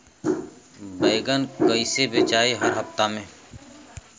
बैगन कईसे बेचाई हर हफ्ता में?